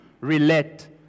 relate